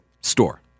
store